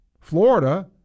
Florida